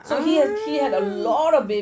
ah